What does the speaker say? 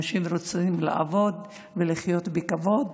אנשים רוצים לעבוד ולחיות בכבוד.